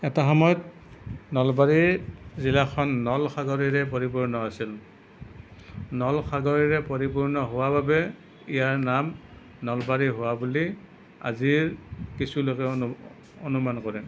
এটা সময়ত নলবাৰী জিলাখন নল খাগৰিৰে পৰিপূৰ্ণ আছিল নল খাগৰিৰে পৰিপূৰ্ণ হোৱাৰ বাবে ইয়াৰ নাম নলবাৰী হোৱা বুলি আজিৰ কিছুলোকে অনুমান কৰে